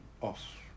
off